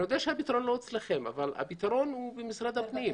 אני יודע שהפתרון הוא לא אצלכם אבל הפתרון הוא במשרד הפנים,